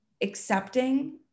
accepting